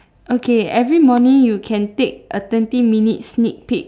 okay every morning you can take a twenty minute sneak peek